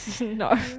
no